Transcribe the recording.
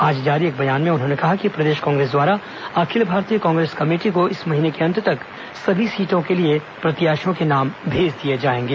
आज जारी एक बयान में उन्होंने कहा कि प्रदेश कांग्रेस द्वारा अखिल भारतीय कांग्रेस कमेटी को इस महीने के अंत तक सभी सीटों के लिए प्रत्याशियों के नाम भेज दिए जाएंगे